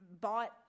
bought